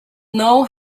know